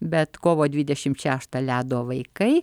bet kovo dvidešim šeštą ledo vaikai